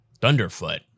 Thunderfoot